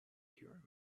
hear